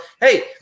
Hey